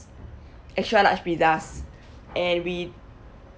extra large pizzas and we